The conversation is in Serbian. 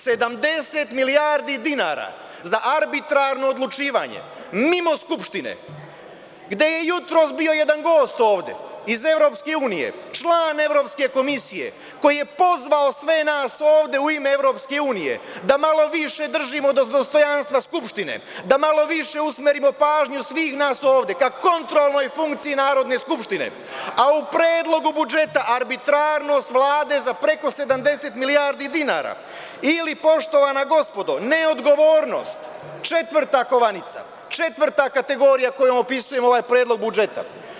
Sedamdeset milijardi dinara za arbitarno odlučivanje mimo Skupštine, gde je jutros bio gost ovde i EU, član Evropske komisije koji je pozvao sve nas ovde u ime EU da malo više držimo do dostojanstva Skupštine, da malo više usmerimo pažnju svihnas ovde o kontrolnoj funkciji Narodne skupštine, a u predlogu budžeta arbitrarnost Vlade za preko 70 milijardi dinara ili poštovana gospodo neodgovornost, četvrta kovanica, četvrta kategorija kojom opisujemo ovaj predlog budžeta.